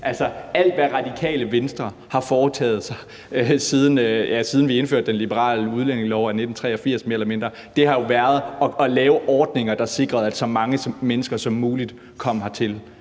Alt, hvad Radikale Venstre har foretaget sig, mere eller mindre siden vi indførte den liberale udlændingelov af 1983, har været at lave ordninger, der sikrede, at så mange mennesker som muligt kom hertil.